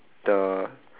the